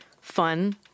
fun